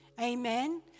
Amen